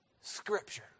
Scripture